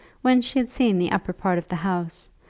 when she had seen the upper part of the house,